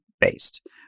based